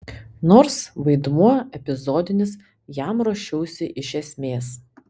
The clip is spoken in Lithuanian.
nors vaidmuo epizodinis jam ruošiausi iš esmės